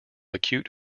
acute